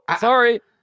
Sorry